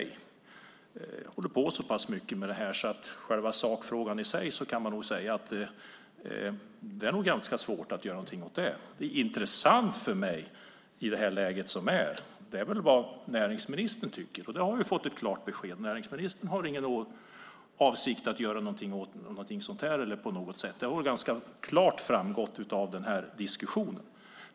Jag håller på så pass mycket med detta så i själva sakfrågan kan man nog säga att det är ganska svårt att göra något. Det som är intressant för mig i detta läge är vad näringsministern tycker, och det har vi fått ett klart besked om. Näringsministern har ingen avsikt att göra något åt detta. Det har framgått ganska klart av diskussionen.